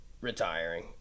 retiring